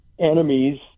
enemies